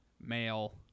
male